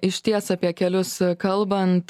išties apie kelius kalbant